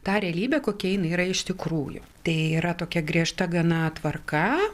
tą realybę kokia jinai yra iš tikrųjų tai yra tokia griežta gana tvarka